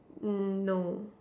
mm no